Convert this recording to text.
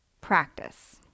practice